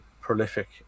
prolific